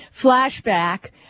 Flashback